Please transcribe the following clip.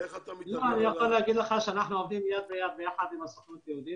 אני יכול להגיד לך שאנחנו עובדים יד ביד ביחד עם הסוכנות היהודית,